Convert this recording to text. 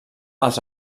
els